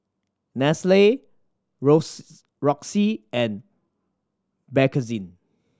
Nestle Roxy and Bakerzin